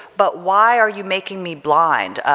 but why are you making me blind?